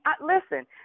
listen